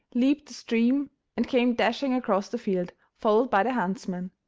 leaped the stream and came dashing across the field, followed by the huntsmen.